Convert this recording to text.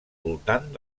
voltant